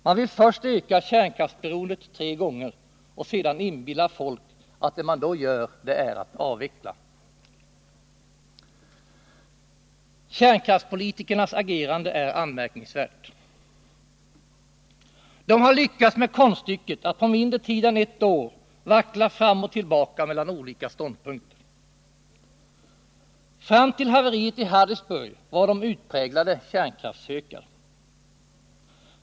Man vill först öka kärnkraftsberoendet tre gånger och sedan inbilla folk att det man då gör är att avveckla. Kärnkraftspolitikernas agerande är anmärkningsvärt. De har lyckats med konststycket att på mindre tid än ett år vackla fram och tillbaka mellan olika ståndpunkter. Fram till haveriet i Harrisburg var de utpräglade kärnkraftshökar.